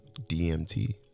dmt